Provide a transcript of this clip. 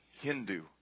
Hindu